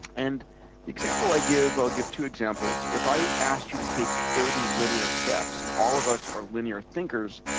and the example i give i'll give two examples. if i asked you to take thirty linear steps, and all of us are linear thinkers,